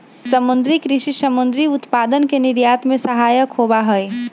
समुद्री कृषि समुद्री उत्पादन के निर्यात में सहायक होबा हई